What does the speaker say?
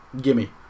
gimme